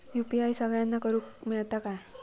UPI सगळ्यांना करुक मेलता काय?